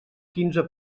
quinze